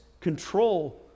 control